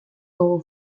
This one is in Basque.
dugu